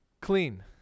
clean